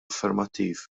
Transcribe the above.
affermattiv